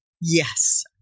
Yes